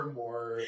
more